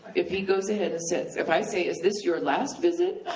if he goes ahead and says if i say, is this your last visit?